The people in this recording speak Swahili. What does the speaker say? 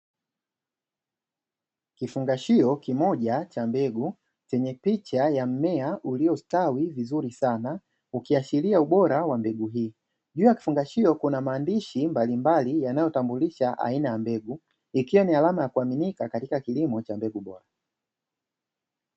Kifungashio kimoja cha mbegu chenye picha ya mmea uliostawi vizuri sana ukiashiria ubora wa mbegu hii. Juu ya kifungashio kuna maandishi mbalimbali yanayotambulisha aina ya mbegu, ikiwa ni alama ya kuaminika katika kilimo cha mbegu bora.